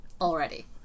already